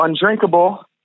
undrinkable